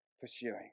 pursuing